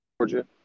Georgia